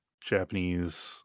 japanese